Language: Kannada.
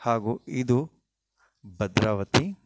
ಹಾಗೂ ಇದು ಭದ್ರಾವತಿ